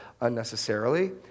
unnecessarily